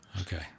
Okay